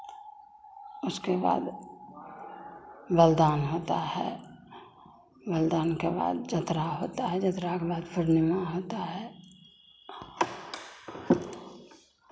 उसके बाद बलिदान होता है बलिदान के बाद यात्रा होता है यात्रा के बाद पूर्णिमा होता है